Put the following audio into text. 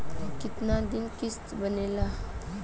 कितना दिन किस्त बनेला?